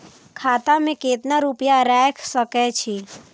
खाता में केतना रूपया रैख सके छी?